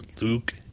Luke